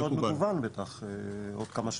--- גם מאוד מגוון בטח עוד כמה שנים,